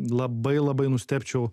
labai labai nustebčiau